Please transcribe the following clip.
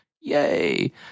Yay